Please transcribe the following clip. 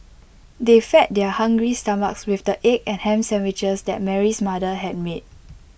they fed their hungry stomachs with the egg and Ham Sandwiches that Mary's mother had made